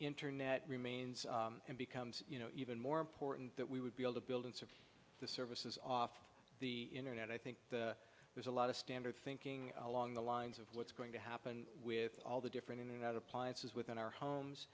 internet remains and becomes you know even more important that we would be able to build and sell the services off the internet i think there's a lot of standard thinking along the lines of what's going to happen with all the different in and out appliances within our homes